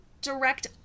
direct